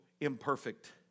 imperfect